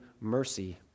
mercy